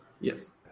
Yes